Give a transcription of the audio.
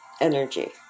energy